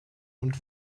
und